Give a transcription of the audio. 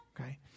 okay